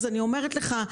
אני אומרת לך,